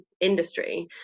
industry